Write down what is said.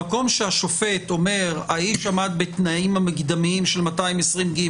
מקום שהשופט אומר: האיש עמד בתנאים המקדמיים של 220ג,